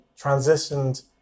transitioned